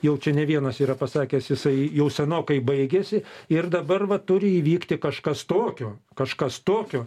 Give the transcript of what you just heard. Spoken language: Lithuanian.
jau čia ne vienas yra pasakęs jisai jau senokai baigėsi ir dabar va turi įvykti kažkas tokio kažkas tokio